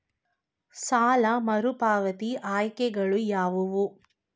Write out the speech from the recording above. ಸಾಲ ಮರುಪಾವತಿ ಆಯ್ಕೆಗಳು ಯಾವುವು?